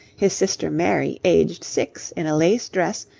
his sister mary, aged six, in a lace dress,